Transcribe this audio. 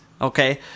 Okay